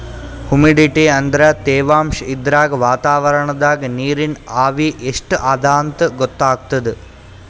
humidity ಅಂದ್ರ ತೆವಾಂಶ್ ಇದ್ರಾಗ್ ವಾತಾವರಣ್ದಾಗ್ ನೀರಿನ್ ಆವಿ ಎಷ್ಟ್ ಅದಾಂತ್ ಗೊತ್ತಾಗ್ತದ್